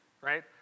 right